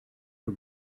for